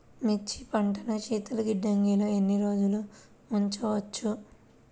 మిర్చి పంటను శీతల గిడ్డంగిలో ఎన్ని రోజులు ఉంచవచ్చు?